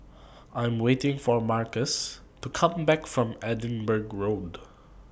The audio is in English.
I Am waiting For Marques to Come Back from Edinburgh Road